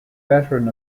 veteran